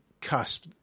cusp